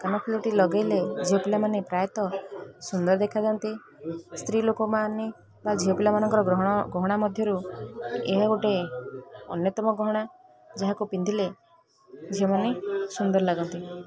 କାନଫୁଲଟି ଲଗେଇଲେ ଝିଅପିଲା ମାନେ ପ୍ରାୟତଃ ସୁନ୍ଦର ଦେଖାଯାଆନ୍ତି ସ୍ତ୍ରୀ ଲୋକମାନେ ବା ଝିଅପିଲା ମାନଙ୍କର ଗହଣା ମଧ୍ୟରୁ ଏହା ଗୋଟେ ଅନ୍ୟତମ ଗହଣା ଯାହାକୁ ପିନ୍ଧିଲେ ଝିଅମାନେ ସୁନ୍ଦର ଲାଗନ୍ତି